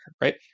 right